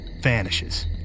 vanishes